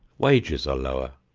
wages are lower,